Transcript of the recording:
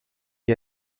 gli